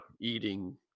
eating